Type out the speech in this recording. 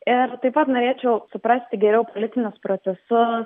ir taip pat norėčiau suprasti geriau politinius procesus